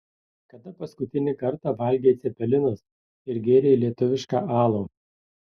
kada paskutinį kartą valgei cepelinus ir gėrei lietuvišką alų